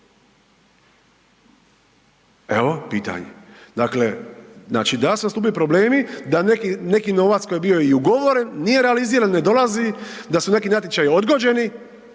Evo pitanje. Dakle, znači da li su nastupili problemi da neki novac koji je bi i ugovoren nije realiziran, ne dolazi, da su neki natječaji odgođeni.